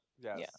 Yes